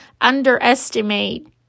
underestimate